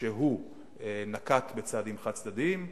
שהוא נקט צעדים חד-צדדיים,